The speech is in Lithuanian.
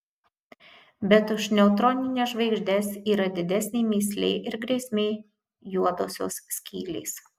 bet už neutronines žvaigždes yra didesnė mįslė ir grėsmė juodosios skylės